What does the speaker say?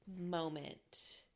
moment